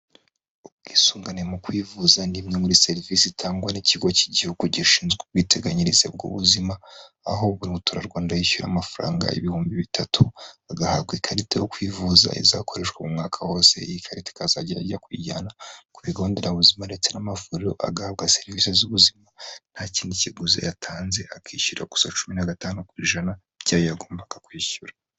Ubwisungane mu kwivuza ni imwe muri serivisi itangwa n'ikigo cy'igihugu gishinzwe ubwiteganyirize bw'ubuzima, aho umuturarwanda yishyura amafaranga ibihumbi bitatu. Agahabwa ikarita yo kwivuza izakoreshwa mu mwaka wose. Iyi karita ikazajya ajya kuyijyana ku bigo nderabuzima ndetse n'amavuriro, agahabwa serivisi z'ubuzima nta kindi kiguzi yatanze, akishyura gusa cumi na gatanu ku ijana by'ayo yagombaga kwishyura.